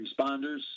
responders